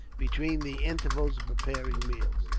between the intervals of preparing meals.